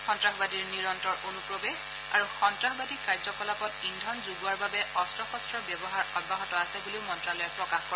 সন্নাসবাদীৰ নিৰন্তৰ অনুপ্ৰৱেশ আৰু সন্নাসবাদী কাৰ্যকলাপত ইন্ধন যোগোৱাৰ বাবে অস্থ শস্ত্ৰৰ ব্যৱহাৰ অব্যাহত আছে বুলিও মন্তালয়ে প্ৰকাশ কৰে